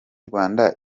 rwanda